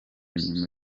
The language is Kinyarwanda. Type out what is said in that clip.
nyuma